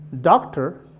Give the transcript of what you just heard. doctor